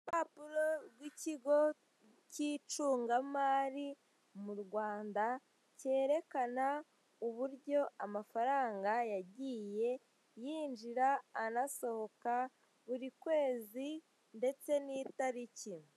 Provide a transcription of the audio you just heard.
Urupapuro rw'ikigo cy'icungamari mu rwanda cyerekana uburyo amafaranga yagiye yinjira anasohoka buri kwezi ndetse n'italiki.